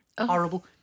Horrible